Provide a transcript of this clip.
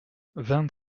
vingt